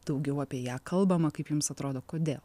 daugiau apie ją kalbama kaip jums atrodo kodėl